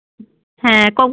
হ্যাঁ কাউকে